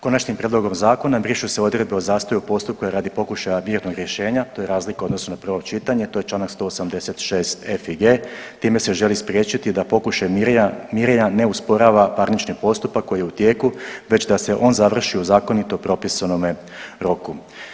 Konačnim prijedlogom zakona brišu se odredbe o zastoju postupka radi pokušaja mirnog rješenja, to je razlika u odnosu na prvo čitanje, to je čl. 186.f. i g., time se želi spriječiti da pokušaj mirenja ne usporava parnični postupak koji je u tijeku već da se on završi u zakonito propisanome roku.